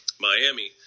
Miami